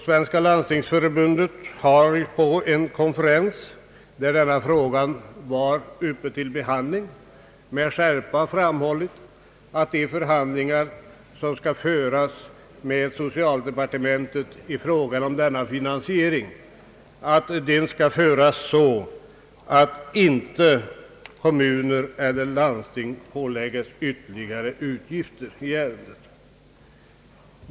Svenska landstingsförbundet har på en konferens, där denna fråga var uppe till behandling, med kraft framhållit att förhandlingarna med socialdepartementet i finansieringsfrågan skall föras så att inte kommuner eller landsting åläggs ytterligare utgifter.